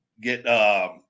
get